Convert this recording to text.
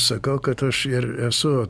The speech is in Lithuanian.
sakau kad aš ir esu